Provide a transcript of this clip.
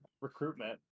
recruitment